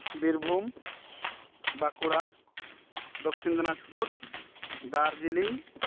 Birbhum Bankura Dakshin Dinajpur Darjeeling